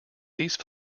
these